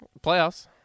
Playoffs